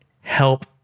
help